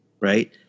right